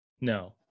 No